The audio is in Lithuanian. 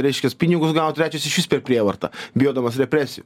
reiškias pinigus gaut trečias iš vis per prievartą bijodamas represijų